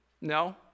No